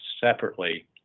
separately